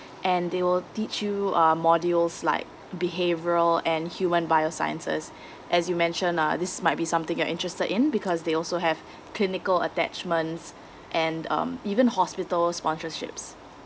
and they will teach you uh modules like behavioural and human biosciences as you mentiond uh this might be something you're interested in because they also have clinical attachments and um even hospital sponsorships